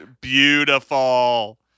Beautiful